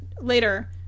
later